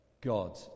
God